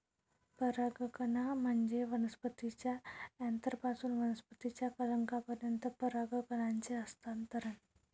परागकण म्हणजे वनस्पतीच्या अँथरपासून वनस्पतीच्या कलंकापर्यंत परागकणांचे हस्तांतरण